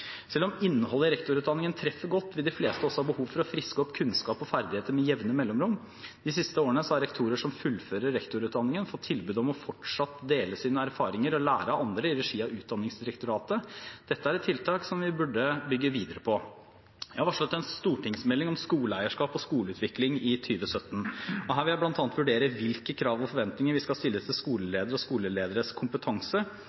Selv om innholdet i rektorutdanningen treffer godt, vil de fleste også ha behov for å friske opp kunnskap og ferdigheter med jevne mellomrom. De siste årene har rektorer som fullfører rektorutdanning, fått tilbud om fortsatt å dele sine erfaringer og lære av andre i regi av Utdanningsdirektoratet. Dette er et tiltak som vi burde bygge videre på. Jeg har varslet en stortingsmelding om skoleeierskap og skoleutvikling i 2017. Her vil jeg bl.a. vurdere hvilke krav og forventninger vi skal stille til